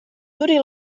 duri